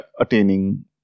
attaining